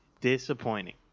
disappointing